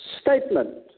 Statement